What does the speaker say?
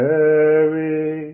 Mary